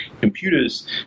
computers